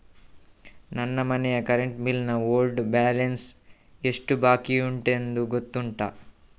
ನನ್ನ ಮನೆಯ current bill ನ ಓಲ್ಡ್ ಬ್ಯಾಲೆನ್ಸ್ ಎಷ್ಟು ಬಾಕಿಯುಂಟೆಂದು ಗೊತ್ತುಂಟ?